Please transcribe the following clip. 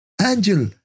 angel